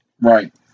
Right